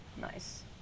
nice